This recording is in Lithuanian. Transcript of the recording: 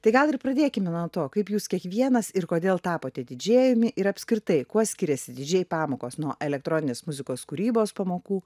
tai gal ir pradėkime nuo to kaip jūs kiekvienas ir kodėl tapote didžėjumi ir apskritai kuo skiriasi didžėj pamokos nuo elektroninės muzikos kūrybos pamokų